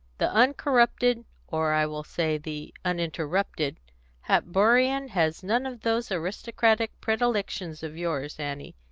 the uncorrupted or i will say the uninterrupted hatborian has none of those aristocratic predilections of yours, annie.